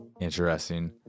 interesting